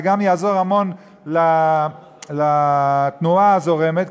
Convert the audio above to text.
זה גם יעזור המון לתנועה הזורמת,